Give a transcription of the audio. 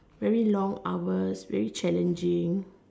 very long hours very challenging